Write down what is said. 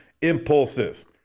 impulses